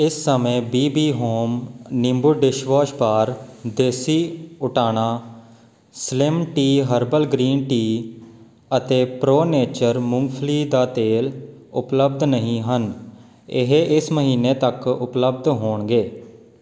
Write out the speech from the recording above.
ਇਸ ਸਮੇਂ B B home ਨਿੰਬੂ ਡਿਸ਼ਵੋਸ਼ ਬਾਰ ਦੇਸੀ ਊਟਾਨਾ slim tea herbal green tea ਅਤੇ ਪ੍ਰੋ ਨੇਚਰ ਮੂੰਗਫਲੀ ਦਾ ਤੇਲ ਉਪਲਬਧ ਨਹੀਂ ਹਨ ਇਹ ਇਸ ਮਹੀਨੇ ਤੱਕ ਉਪਲਬਧ ਹੋਣਗੇ